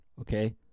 okay